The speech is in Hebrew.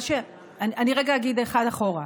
רגע אגיד אחד אחורה.